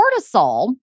cortisol